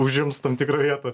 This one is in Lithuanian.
užims tam tikrą vietą